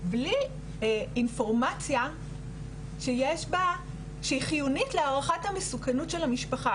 בלי אינפורמציה שהיא חיונית להערכת המסוכנות של המשפחה.